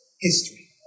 history